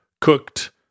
cooked